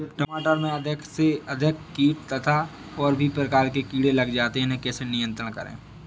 टमाटर में अधिक से अधिक कीट तथा और भी प्रकार के कीड़े लग जाते हैं इन्हें कैसे नियंत्रण करें?